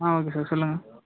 ஆ okay sir சொல்லுங்கள்